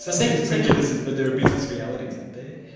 so like prejudices, but there are business realities aren't there?